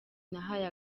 nahaye